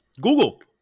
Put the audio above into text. Google